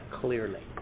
clearly